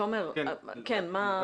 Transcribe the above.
תומר, מה אתה מציע?